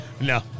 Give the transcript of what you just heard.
No